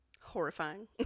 Horrifying